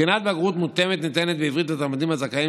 בחינת בגרות מותאמת ניתנת בעברית לתלמידים הזכאים